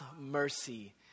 mercy